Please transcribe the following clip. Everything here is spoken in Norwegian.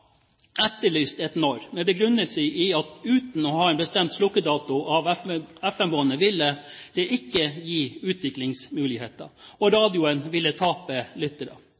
etterlyst når, med begrunnelse i at uten å ha en bestemt slukkedato av FM-båndet ville det ikke være utviklingsmuligheter, og radioen ville tape lyttere.